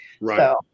Right